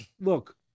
look